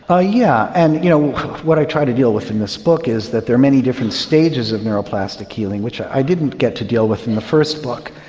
yeah and you know what i try to deal with in this book is that there are many different stages of neuroplastic healing, which i didn't get to deal with in the first book.